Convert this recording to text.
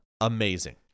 Amazing